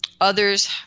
Others